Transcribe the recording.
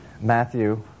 Matthew